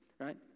Right